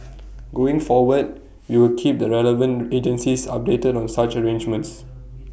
going forward we will keep the relevant agencies updated on such arrangements